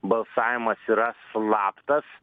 balsavimas yra slaptas